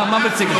מה מציק לך?